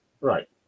Right